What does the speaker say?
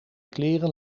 kleren